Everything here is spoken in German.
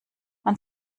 man